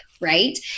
right